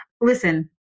listen